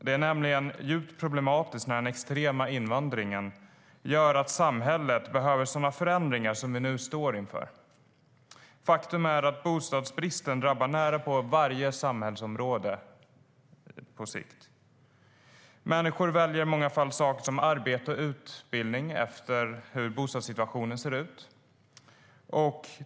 Det är nämligen djupt problematiskt när den extrema invandringen gör att samhället behöver sådana förändringar som vi nu står inför. Faktum är att bostadsbristen drabbar närapå varje samhällsområde på sikt. Människor väljer i många fall till exempel arbete och utbildning efter hur bostadssituationen ser ut.